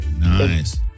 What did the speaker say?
Nice